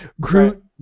Groot